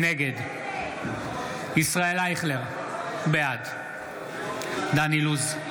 נגד ישראל אייכלר, בעד דן אילוז,